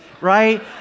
right